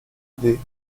idée